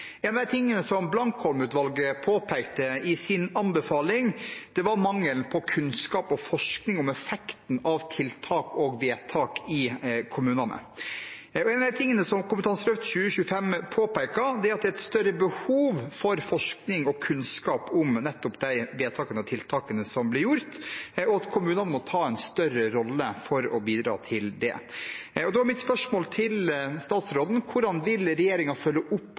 sin anbefaling, var mangelen på kunnskap og forskning om effekten av tiltak og vedtak i kommunene. Og en av tingene Kompetanseløft 2025 påpeker, er at det er et større behov for forskning på og kunnskap om nettopp de vedtakene og tiltakene som blir gjort, og at kommunene må ta en større rolle for å bidra til det. Da er mitt spørsmål til statsråden: Hvordan vil regjeringen følge opp